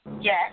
Yes